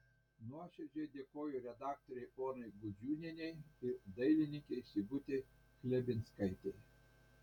nuoširdžiai dėkoju redaktorei onai gudžiūnienei ir dailininkei sigutei chlebinskaitei